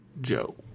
Joe